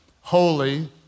holy